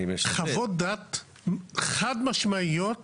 חוות דעת חד משמעיות